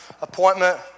appointment